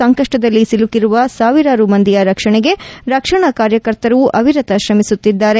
ಸಂಕಷ್ನದಲ್ಲಿ ಸಿಲುಕಿರುವ ಸಾವಿರಾರು ಮಂದಿಯ ರಕ್ಷಣೆಗೆ ರಕ್ಷಣಾ ಕಾರ್ಯಕರ್ತರು ಅವಿರತ ಶ್ರಮಿಸುತ್ತಿದ್ದಾರೆ